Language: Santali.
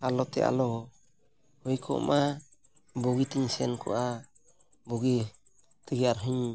ᱟᱞᱳᱛᱮ ᱟᱞᱳ ᱦᱩᱭ ᱠᱚᱜᱢᱟ ᱵᱩᱜᱤᱛᱮᱧ ᱥᱮᱱ ᱠᱚᱜᱼᱟ ᱵᱩᱜᱤ ᱛᱮᱜᱮ ᱟᱨ ᱦᱚᱧ